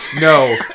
no